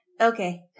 Okay